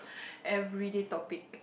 everyday topic